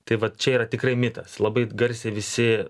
tai va čia yra tikrai mitas labai garsiai visi